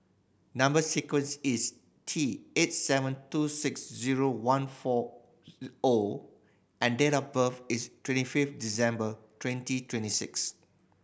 number sequence is T eight seven two six zero one four O and date of birth is twenty fifth December twenty twenty six